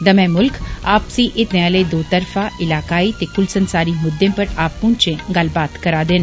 दमैं मुल्ख आपसी हितें आले दो तरफा इलाकाई ते कुलसंसारी मुद्दे पर आपूं चै गल्लबात करदे न